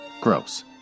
Gross